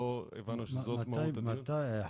לא הבנו שזאת מהות הדיון -- מתי ביקשת,